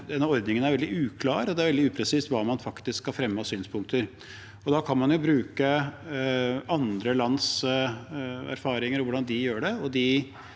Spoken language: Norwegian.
ordningen er veldig uklar, og det er veldig upresist hva man faktisk skal fremme av synspunkter. Da kan man bruke andre lands erfaringer og hvordan de gjør det,